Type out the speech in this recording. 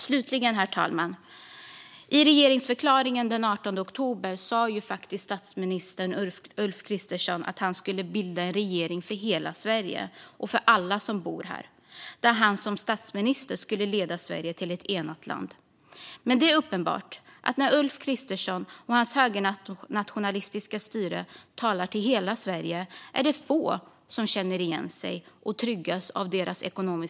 Slutligen, herr talman, sa Ulf Kristersson i regeringsförklaringen den 18 oktober att han skulle bilda en regering för hela Sverige och för alla som bor här och att han som statsminister skulle leda Sverige till ett enat land. Men det är uppenbart att det, när Ulf Kristersson och hans högernationalistiska styre talar till "hela Sverige", är få som känner igen sig och tryggas av deras ekonomiska politik.